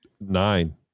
nine